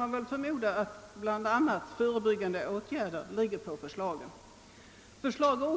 Man får förmoda att bl.a. förebyggande åtgärder kommer att föreslås. Utredning